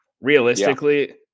realistically